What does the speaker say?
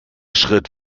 schritt